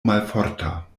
malforta